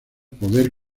poder